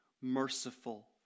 merciful